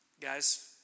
Guys